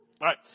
right